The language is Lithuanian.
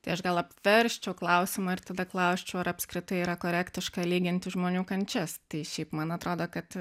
tai aš gal apversčiau klausimą ir tada klausčiau ar apskritai yra korektiška lyginti žmonių kančias tai šiaip man atrodo kad